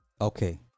Okay